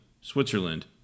Switzerland